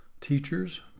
teachers